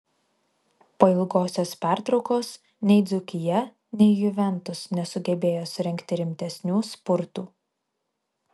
po ilgosios pertraukos nei dzūkija nei juventus nesugebėjo surengti rimtesnių spurtų